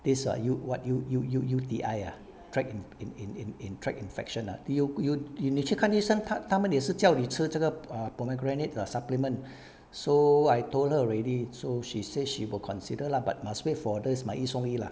these are u~ what u~ u~ u~ U_T_I ah tract in in in tract infection ah you you 你去看医生他他们也是叫你吃这个 ah pomegranate ah supplement so I told her already so she says she will consider lah but must wait for this 买一送一 lah